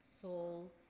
souls